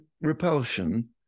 repulsion